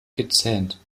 gezähnt